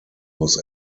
was